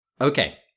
Okay